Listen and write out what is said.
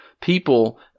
people